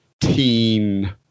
teen